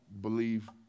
believe